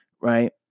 right